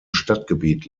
stadtgebiet